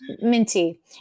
minty